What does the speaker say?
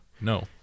No